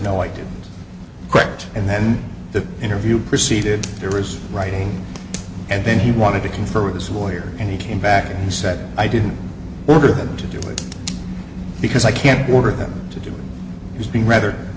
no i didn't correct and then the interview proceeded there is writing and then he wanted to confer with his lawyer and he came back and he said i didn't order them to do it because i can't order them to do is being rather